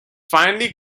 finely